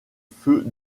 feux